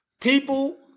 people